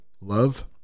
love